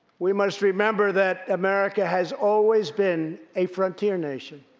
we must remember that america has always been a frontier nation.